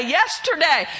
yesterday